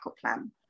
plan